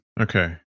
Okay